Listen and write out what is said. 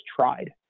tried